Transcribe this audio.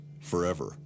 forever